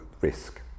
risk